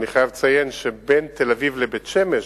אני חייב לציין שבין תל-אביב לבית-שמש,